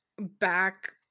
back